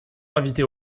invité